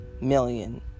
million